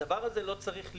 הדבר הזה לא צריך להיות.